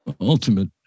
ultimate